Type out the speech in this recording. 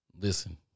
listen